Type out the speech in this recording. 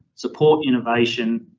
support innovation,